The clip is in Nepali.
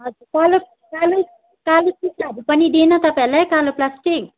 हजुर कालो कालै कालो सिसाहरू पनि दिएन तपाईँहरूलाई कालो प्लास्टिक